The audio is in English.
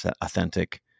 authentic